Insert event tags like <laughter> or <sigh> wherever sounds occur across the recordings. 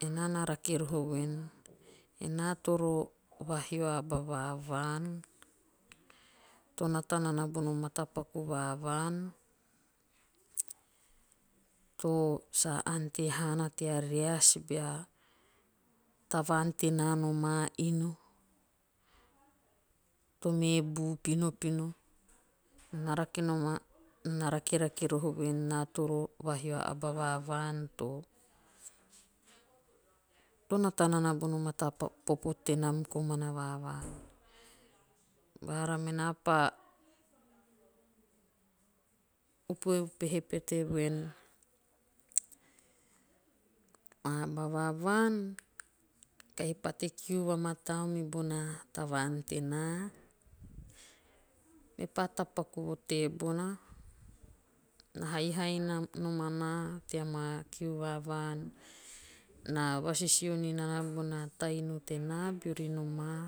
Enaa na rake roho voen enaa toro vahio a aba va vaan. to nata nana bono matapaku va vaan. to sa ante haana tea reas bea tavaan tenaa noma inu. to me pu pinopino. Naa na rake nom a nao na rakerake roho voen naa toro vahio a aba va vaan to- to nataa nana bono mata popo tenam komana. va vaan. Baara menaa pa upeupehe pete voen. a aba va vaan. kahi pate kiu vamataau mibona tavaan tenaa. mepa tapaku vo tebona. Na haihai nom anaa tea ma kiu va vaan. na vasisio ninana bona ta inu tenaa beori nomaa.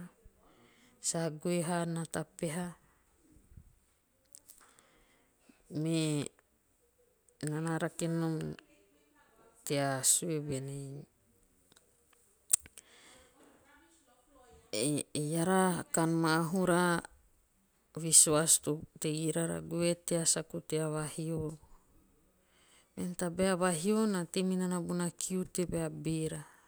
Sa goe haana ta peha. Me naa na rake nom tea sue voenei. e <hesitation> eara kan maahura. visuas to tei sasa. goe tea saku tea